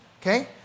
okay